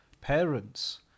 parents